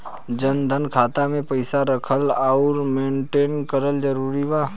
जनधन खाता मे पईसा रखल आउर मेंटेन करल जरूरी बा?